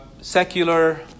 secular